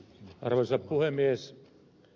arvoisa puhemies